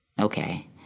Okay